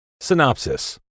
Synopsis